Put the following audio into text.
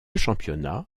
championnat